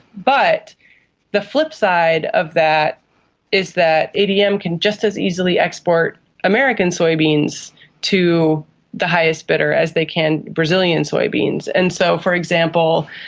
but the flip side of that is that adm can just as easily export american soybeans to the highest bidder as they can brazilian soybeans. and so, for example,